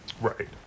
Right